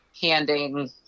handing